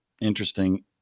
interesting